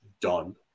done